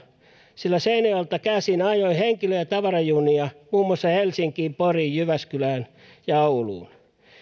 sillä seinäjoelta käsin ajoin henkilö ja tavarajunia muun muassa helsinkiin poriin jyväskylään ja ouluun